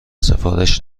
سفارش